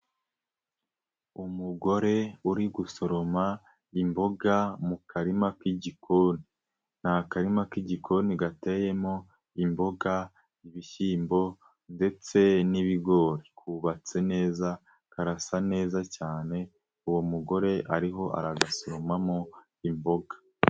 Umugore uri gusoroma imboga, mu karima k'igikoni, ni akarima k'igikoni gateyemo imboga, ibishyimbo ndetse n'ibigori . Kubatse neza karasa neza cyane ,uwo mugore ariho aragasoromamo imboga.